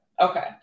Okay